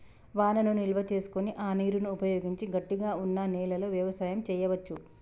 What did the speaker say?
వానను నిల్వ చేసుకొని ఆ నీరును ఉపయోగించి గట్టిగ వున్నా నెలలో వ్యవసాయం చెయ్యవచు